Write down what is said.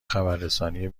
خبررسانی